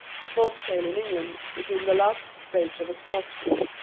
the folk-tale in england is in the last stages of exhaustion.